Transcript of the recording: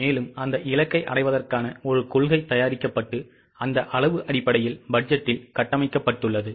எனவே அந்த இலக்கை அடைவதற்கான ஒரு கொள்கை தயாரிக்கப்பட்டு அந்த அளவு அடிப்படையில் பட்ஜெட்டில் கட்டமைக்கப்பட்டுள்ளது